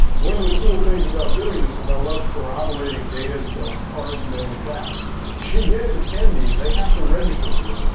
one of the cool things about doing this is i love corroborating data to hard known facts. she hits attendees, they have to register for this